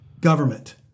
government